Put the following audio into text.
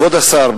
כבוד השר,